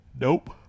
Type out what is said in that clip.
nope